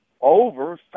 over